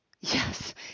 Yes